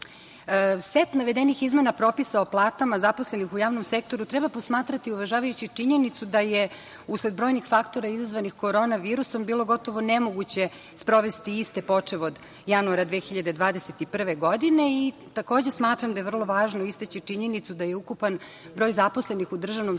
navedenih izmena propisa o platama zaposlenih u javnom sektoru treba posmatrati uvažavajući činjenicu da je usled brojnih faktora izazvanih korona virusom bilo gotovo nemoguće sprovesti iste, počev od januara 2021. godine. Takođe, smatram da je vrlo važno istaći činjenicu da je ukupan broj zaposlenih u državnom sektoru,